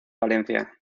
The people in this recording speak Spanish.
valencia